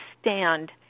stand